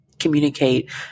communicate